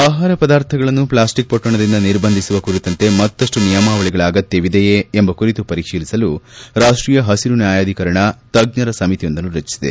ಆಹಾರ ಪದಾರ್ಥಗಳನ್ನು ಪ್ಲಾಸ್ತಿಕ್ ಪೊಟ್ಲಣದಿಂದ ನಿರ್ಬಂಧಿಸುವ ಕುರಿತಂತೆ ಮತ್ತಷ್ಟು ನಿಯಮಾವಳಗಳ ಅಗತ್ವವಿದೆಯೇ ಎಂಬ ಕುರಿತು ಪರಿಶೀಲಿಸಲು ರಾಷ್ವೀಯ ಹಬರು ನ್ಯಾಯಾಧೀಕರಣ ತಜ್ಞರ ಸಮಿತಿಯೊಂದನ್ನು ರಚಿಸಿದೆ